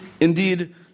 Indeed